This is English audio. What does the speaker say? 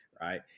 right